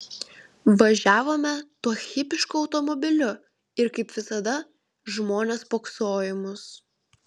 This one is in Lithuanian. važiavome tuo hipišku automobiliu ir kaip visada žmonės spoksojo į mus